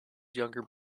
younger